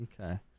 Okay